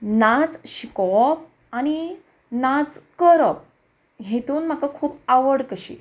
नाच शिकोवप आनी नाच करप हेतून म्हाका खूब आवड कशी